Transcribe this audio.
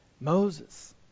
Moses